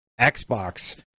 Xbox